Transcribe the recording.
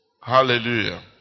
Hallelujah